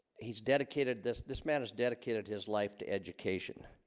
he's dedicated this this man has dedicated his life to education